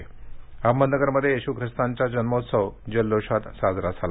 अहमदनगर अहमदनगरमध्ये येशू ख़िस्तांचा जन्मोत्सव जल्लोषात साजरा झाला